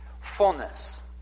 fullness